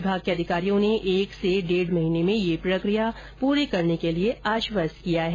विभाग के अधिकारियों ने एक से डेढ महीने में यह प्रक्रिया पूरी करने के लिए आश्वस्त किया है